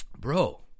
bro